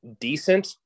decent